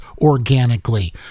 organically